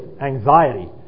anxiety